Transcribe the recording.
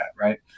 Right